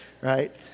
right